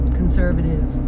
conservative